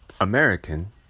American